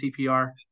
CPR